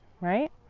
right